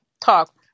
Talk